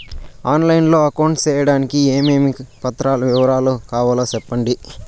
On line లో account సేయడానికి ఏమేమి పత్రాల వివరాలు కావాలో సెప్పండి?